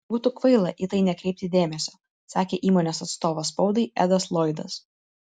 būtų kvaila į tai nekreipti dėmesio sakė įmonės atstovas spaudai edas loydas